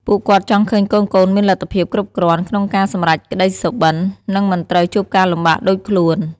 ពួកគាត់ចង់ឃើញកូនៗមានលទ្ធភាពគ្រប់គ្រាន់ក្នុងការសម្រេចក្ដីសុបិន និងមិនត្រូវជួបការលំបាកដូចខ្លួន។